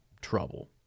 trouble